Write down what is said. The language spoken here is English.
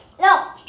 No